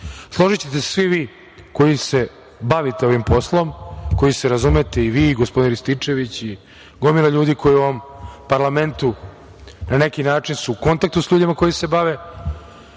Složićete se svi vi koji se bavite ovim poslom, koji se razumete, vi, gospodin Rističević i gomila ljudi koji su u ovom parlamentu na neki način u kontaktu sa ljudima koji se bave